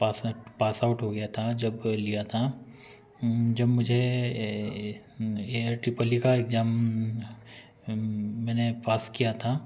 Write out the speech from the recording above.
पास out pass out हो गया था जब लिया था जब मुझे एयर ट्रिपल ई का एग्ज़ाम मैंने पास किया था